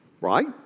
Right